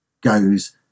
goes